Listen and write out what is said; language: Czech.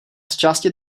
zčásti